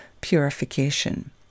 purification